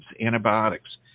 antibiotics